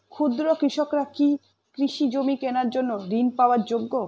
ক্ষুদ্র কৃষকরা কি কৃষি জমি কেনার জন্য ঋণ পাওয়ার যোগ্য?